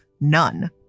none